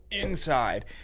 inside